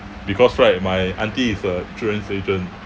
because right my auntie is a insurance agent